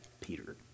Peter